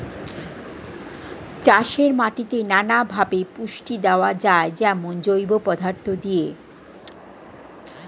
চাষের মাটিতে নানা ভাবে পুষ্টি দেওয়া যায়, যেমন জৈব পদার্থ দিয়ে